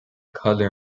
color